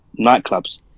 nightclubs